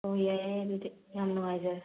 ꯑꯣ ꯌꯥꯔꯦ ꯌꯥꯔꯦ ꯑꯗꯨꯗꯤ ꯌꯥꯝ ꯅꯨꯡꯉꯥꯏꯖꯔꯦ